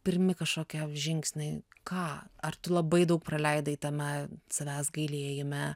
pirmi kažkokie žingsniai ką ar tu labai daug praleidai tame savęs gailėjime